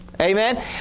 Amen